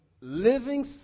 living